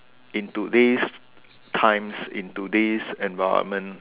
into these times into these environment